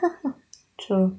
true